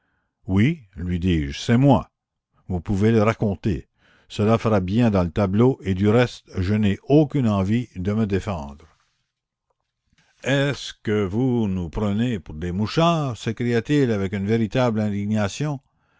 oui lui dis-je c'est moi vous pouvez le raconter cela fera bien dans le tableau et du reste je n'ai aucune envie de me défendre est-ce que vous nous prenez pour des mouchards s'écria-t-il avec une véritable indignation